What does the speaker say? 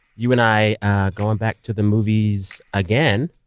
you and i going back to the movies again.